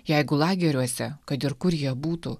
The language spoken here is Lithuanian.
jeigu lageriuose kad ir kur jie būtų